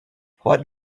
what